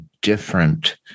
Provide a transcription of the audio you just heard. different